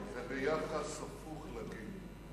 זה ביחס הפוך לגיל.